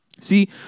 See